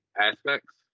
aspects